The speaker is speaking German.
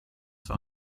für